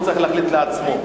הוא צריך להחליט בעצמו,